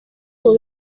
ubu